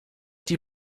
die